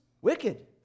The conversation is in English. wicked